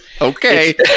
Okay